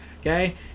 okay